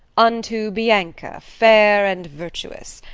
unto bianca, fair and virtuous.